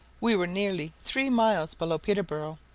we were nearly three miles below peterborough,